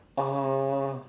uh